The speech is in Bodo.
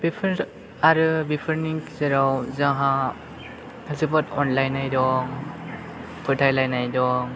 बेफोर आरो बेफोरनि गेजेराव जोंहा जोबोद अनलायनाय दं फोथायलायनाय दं